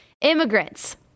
immigrants